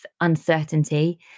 uncertainty